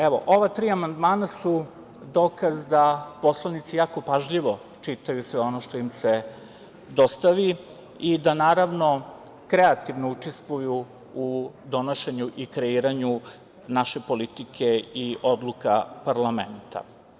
Evo, ova tri amandmana su dokaz da poslanici jako pažljivo čitaju sve ono što im se dostavi i da naravno kreativno učestvuju u donošenju i kreiranju naše politike i odluka parlamenta.